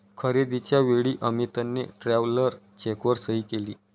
खरेदीच्या वेळी अमितने ट्रॅव्हलर चेकवर सही केली